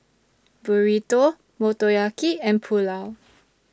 Burrito Motoyaki and Pulao